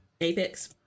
Apex